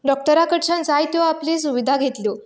डोक्टरां कडच्यान जायत्यो आपल्यो सुविधा घेतल्यो